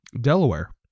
Delaware